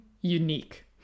unique